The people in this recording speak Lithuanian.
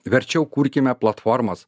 verčiau kurkime platformas